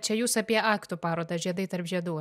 čia jūs apie aktų parodą žiedai tarp žiedų